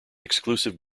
exclusive